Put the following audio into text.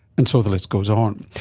and so the list goes on.